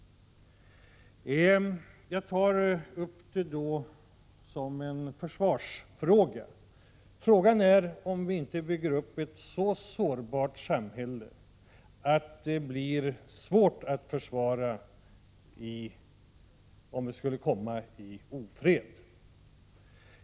Jag tar upp detta som en försvarsfråga. Frågan är om vi inte bygger upp ett så sårbart samhälle att det skulle bli svårt att försvara om vi skulle komma i ofred.